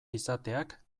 izateak